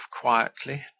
quietly